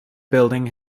building